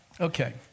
Okay